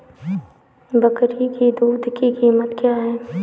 बकरी की दूध की कीमत क्या है?